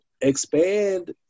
expand